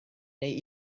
neu